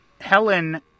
Helen